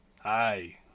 hi